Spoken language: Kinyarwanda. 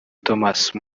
thomas